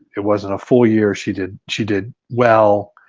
it wasn't a full year. she did she did well.